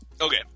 Okay